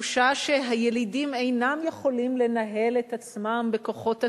התחושה שהילידים אינם יכולים לנהל את עצמם בכוחות עצמם,